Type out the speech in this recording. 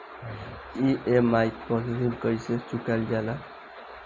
EMI पर ऋण कईसे चुकाईल जाला?